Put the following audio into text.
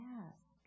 ask